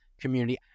community